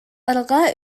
арҕаа